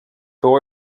było